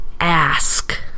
ask